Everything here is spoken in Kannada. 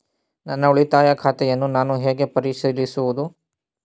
ನನ್ನ ಉಳಿತಾಯ ಖಾತೆಯನ್ನು ನಾನು ಹೇಗೆ ಪರಿಶೀಲಿಸುವುದು?